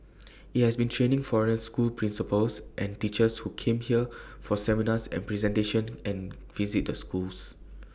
IT has been training foreign school principals and teachers who came here for seminars and presentations and visit the schools